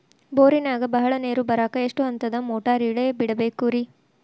ಬೋರಿನಾಗ ಬಹಳ ನೇರು ಬರಾಕ ಎಷ್ಟು ಹಂತದ ಮೋಟಾರ್ ಇಳೆ ಬಿಡಬೇಕು ರಿ?